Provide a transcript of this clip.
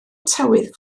tywydd